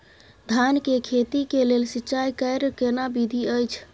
धान के खेती के लेल सिंचाई कैर केना विधी अछि?